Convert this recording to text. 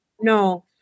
No